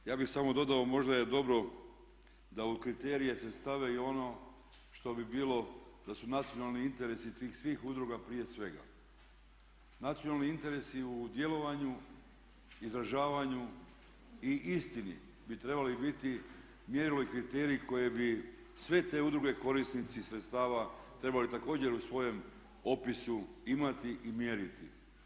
Ja bih samo dodao, možda je dobro da u kriterije se stave i ono što bi bilo da su nacionalni interesi tih svih udruga prije svega, nacionalni interesi u djelovanju, izražavanju i istini bi trebali biti mjerilo i kriteriji koje bi sve te udruge korisnici sredstava trebali također u svojem opisu imati i mjeriti.